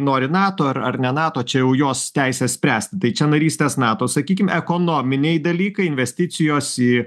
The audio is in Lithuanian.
nori nato ar ar ne nato čia jau jos teisė spręsti tai čia narystės nato sakykim ekonominiai dalykai investicijos į